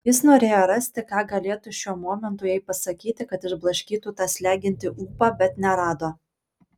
jis norėjo rasti ką galėtų šiuo momentu jai pasakyti kad išblaškytų tą slegiantį ūpą bet nerado